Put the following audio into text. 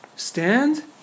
Stand